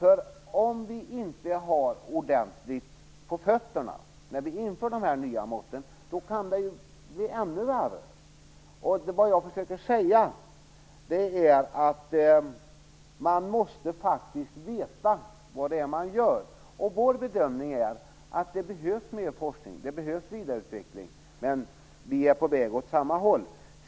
Om vi inte har ordentligt på fötterna när vi inför de här nya måtten kan det bli ännu värre. Vad jag försöker säga är att man faktiskt måste veta vad man gör. Vår bedömning är att det behövs mer forskning och att det behövs vidareutveckling, men vi är ändå på väg åt samma håll.